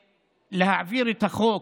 ולהעביר את החוק,